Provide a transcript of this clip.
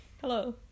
Hello